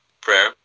prayer